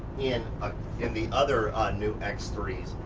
in ah in the other new x three